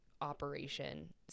operation